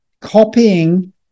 copying